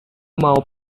mau